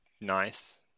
nice